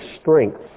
strength